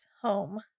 Home